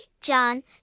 John